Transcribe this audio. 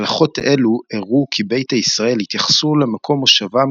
הלכות אלו הראו כי ביתא ישראל התייחסו למקום מושבם